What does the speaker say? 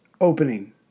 opening